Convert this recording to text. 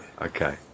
Okay